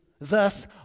thus